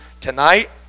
tonight